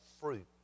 fruit